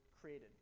created